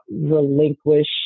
relinquish